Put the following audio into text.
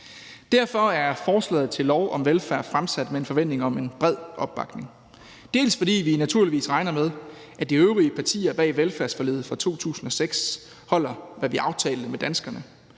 Derfor er forslaget til lov om velfærd fremsat med en forventning om en bred opbakning. Det er dels, fordi vi naturligvis regner med, at de øvrige partier bag velfærdsforliget fra 2006 holder, hvad vi aftalte med danskerne,